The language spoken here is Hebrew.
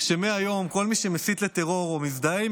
שמהיום כל מי שמסית לטרור או מזדהה עם